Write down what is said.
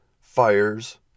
fires